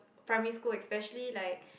primary school especially like